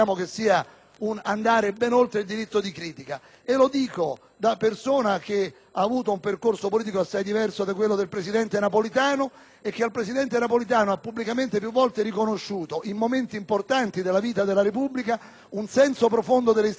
vada ben oltre il diritto di critica. E lo dico da persona che ha avuto un percorso politico assai diverso da quello del presidente Napolitano e che al presidente Napolitano ha più volte pubblicamente riconosciuto, in momenti importanti della vita della Repubblica, un senso profondo delle istituzioni,